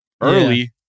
early